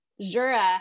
Jura